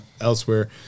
elsewhere